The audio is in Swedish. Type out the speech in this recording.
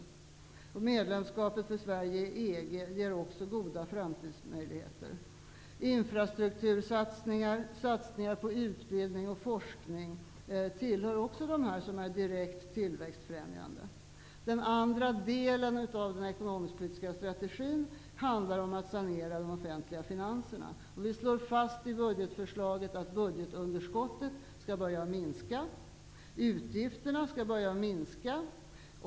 Svenskt medlemskap i EG ger också goda framtidsmöjligheter. Infrastruktursatsningar samt satsningar på utbildning och forskning är också direkt tillväxtfrämjande. Den andra delen av den ekonomisk-politiska strategin handlar om en sanering av de offentliga finanserna. I budgetförslaget slår vi fast att budgetunderskottet skall börja minska -- utgifterna skall börja minska.